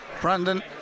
Brandon